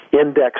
index